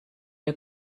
der